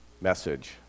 message